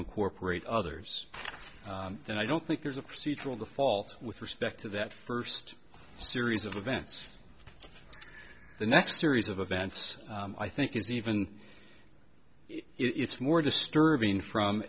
incorporate others then i don't think there's a procedural default with respect to that first series of events the next series of events i think is even it's more disturbing from